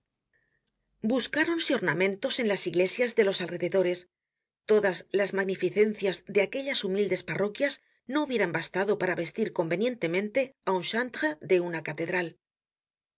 buscáronse ornamentos en las iglesias de los alrededores todas las magnificencias de aquellas humildes parroquias no hubieran bastado para vestir convenientemente á un chantre de una catedral